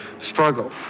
struggle